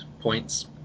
points